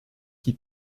qui